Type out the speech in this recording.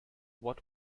what